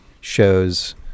shows